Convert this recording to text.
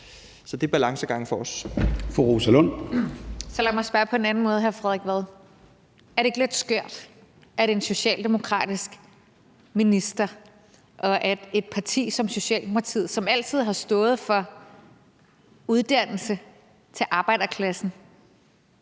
Kl. 15:06 Rosa Lund (EL): Så lad mig spørge på en anden måde, hr. Frederik Vad. Er det ikke lidt skørt, at en socialdemokratisk minister og et parti som Socialdemokratiet, som altid har stået for uddannelse til arbejderklassen,